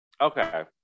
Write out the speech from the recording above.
okay